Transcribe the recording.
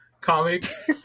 Comics